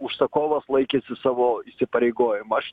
užsakovas laikęsis savo įsipareigojimų aš